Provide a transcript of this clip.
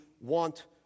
want